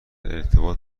ارتباط